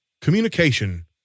communication